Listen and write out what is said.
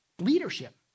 Leadership